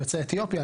יוצאי אתיופיה,